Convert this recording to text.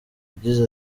yagize